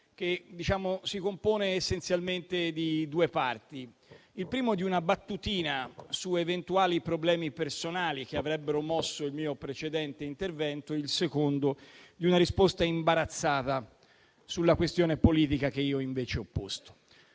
che si compone essenzialmente di due parti. La prima è una battutina su eventuali problemi personali che avrebbero mosso il mio precedente intervento; la seconda è una risposta imbarazzata sulla questione politica che invece ho posto.